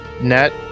Net